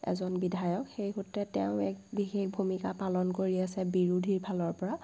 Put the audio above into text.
এজন বিধায়ক সেই সূত্ৰে তেওঁ এক বিশেষ ভূমিকা পালন কৰি আছে বিৰোধীৰ ফালৰপৰা